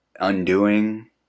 undoing